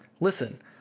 listen